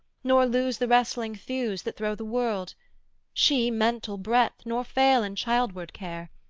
nor lose the wrestling thews that throw the world she mental breadth, nor fail in childward care,